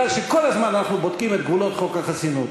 שכל הזמן אנחנו בודקים את גבולות חוק החסינות.